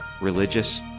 religious